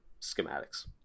schematics